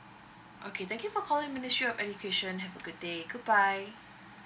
okay thank you for calling ministry of education have a good day goodbye